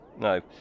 No